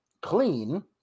clean